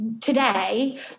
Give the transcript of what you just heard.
today